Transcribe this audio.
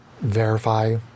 verify